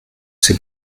s’est